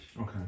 Okay